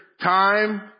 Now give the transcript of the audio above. time